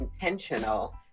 intentional